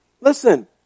Listen